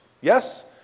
Yes